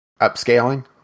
upscaling